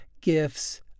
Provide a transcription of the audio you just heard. gifts